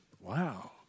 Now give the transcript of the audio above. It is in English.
Wow